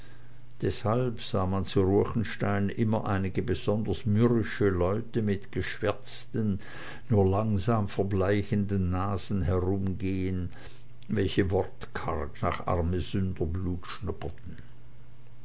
deshalb sah man zu ruechenstein immer einige besonders mürrische leute mit geschwärzten nur langsam verbleichenden nasen herumgehen welche wortkarg nach